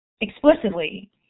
explicitly